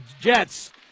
Jets